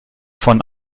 von